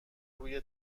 روی